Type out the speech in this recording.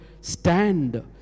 stand